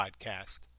podcast